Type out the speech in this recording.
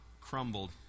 crumbled